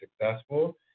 successful